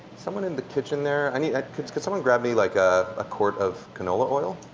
someone in the kitchen there, i mean can someone grab me like a ah court of canola oil?